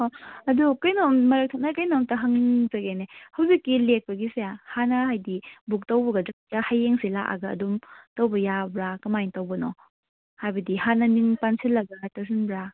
ꯑꯣ ꯑꯗꯨ ꯀꯩꯅꯣꯝ ꯃꯔꯛ ꯊꯠꯅ ꯀꯩꯅꯣꯝꯇ ꯍꯪꯖꯒꯦꯅꯦ ꯍꯧꯖꯤꯛꯀꯤ ꯂꯦꯛꯄꯒꯤꯁꯦ ꯍꯥꯟꯅ ꯍꯥꯏꯗꯤ ꯕꯨꯛ ꯇꯧꯕꯤꯒꯗ꯭ꯔꯥ ꯍꯌꯦꯡꯁꯤ ꯂꯥꯛꯑꯒ ꯑꯗꯨꯝ ꯇꯧꯕ ꯌꯥꯕ꯭ꯔꯥ ꯀꯃꯥꯏꯅ ꯇꯧꯕꯅꯣ ꯍꯥꯏꯕꯗꯤ ꯍꯥꯟꯅ ꯃꯤꯡ ꯄꯥꯟꯁꯤꯜꯂꯒ ꯇꯧꯁꯤꯟꯕ꯭ꯔꯥ